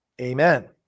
Amen